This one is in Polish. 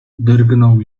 drgnął